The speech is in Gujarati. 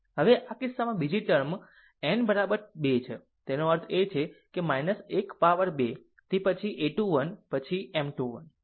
હવે આ કિસ્સામાં બીજી ટર્મ n બરાબર 2 છે તેનો અર્થ છે તે છે 1 પાવર 2 થી પછી a 21 પછી M 21 બરાબર